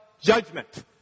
judgment